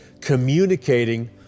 communicating